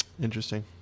Interesting